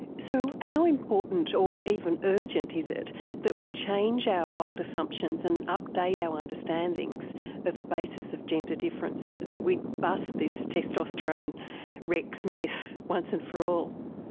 so how important or even urgent is it that we change our old assumptions and update our understandings of the basis of gender differences, that we bust this testosterone rex myth once and for all?